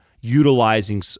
utilizing